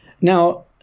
Now